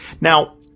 Now